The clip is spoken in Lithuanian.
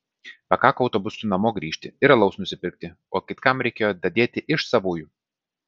pakako autobusu namo grįžti ir alaus nusipirkti o kitkam reikėjo dadėti iš savų